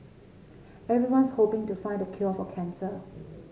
everyone's hoping to find the cure for cancer